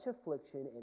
affliction